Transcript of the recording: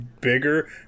bigger